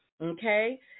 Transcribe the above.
okay